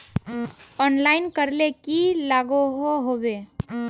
Online करले की लागोहो होबे?